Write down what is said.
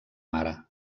mare